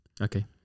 Okay